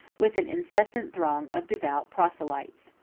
with an incessant throng of devout proselytes.